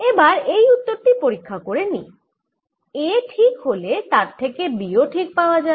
এবার এই উওর টি পরীক্ষা করে নিই A ঠিক হলে তার থেকে B ও ঠিক পাওয়া যাবে